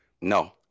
No